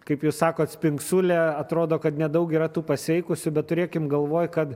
kaip jūs sakot spingsulė atrodo kad nedaug yra tų pasveikusių bet turėkim galvoj kad